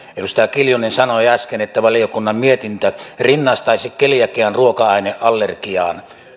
edustaja kiljunen sanoi äsken että valiokunnan mietintö rinnastaisi keliakian ruoka aineallergiaan